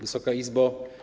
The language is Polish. Wysoka Izbo!